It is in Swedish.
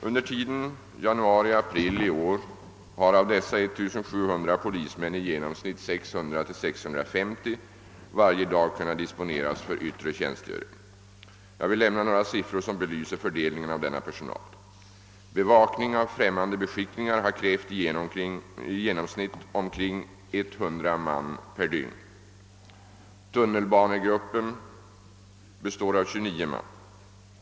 Under tiden januari—april1968 har av dessa 1 700 polismän i genomsnitt 600— 650 varje dag kunnat disponeras för yttre tjänstgöring. Jag vill lämna några siffror som belyser fördelningen av denna personal. Bevakning av främmande beskickningar har krävt i genomsnitt omkring 100 man per dygn. Tunnelbanegruppen består av 29 man.